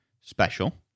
special